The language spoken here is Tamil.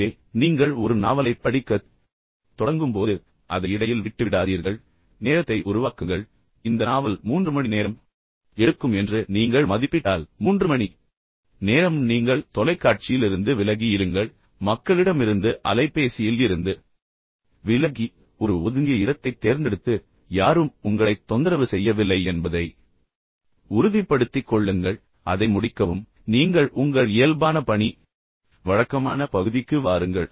எனவே நீங்கள் ஒரு நாவலைப் படிக்கத் தொடங்கும் போது அதை இடையில் விட்டுவிடாதீர்கள் நேரத்தை உருவாக்குங்கள் உண்மையில் பேசுகையில் இந்த நாவல் 3 மணி நேரம் எடுக்கும் என்று நீங்கள் மதிப்பிட்டால் 3 மணி நேரம் நீங்கள் தொலைக்காட்சியிலிருந்து விலகி இருங்கள் மக்களிடமிருந்து அலைபேசியில் இருந்து விலகி ஒரு ஒதுங்கிய இடத்தைத் தேர்ந்தெடுத்து யாராவது உங்களைத் தொந்தரவு செய்வார்களா என்பதைக் கண்டறிந்து யாரும் உங்களைத் தொந்தரவு செய்யவில்லை என்பதை உறுதிப்படுத்திக் கொள்ளுங்கள் பின்னர் அதைத் தொடங்கி முடிக்கவும் பின்னர் நீங்கள் உங்கள் இயல்பான பணி வழக்கமான பகுதிக்கு வாருங்கள்